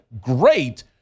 great